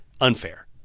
unfair